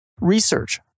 Research